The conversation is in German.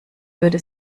würde